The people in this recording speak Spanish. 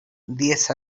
diez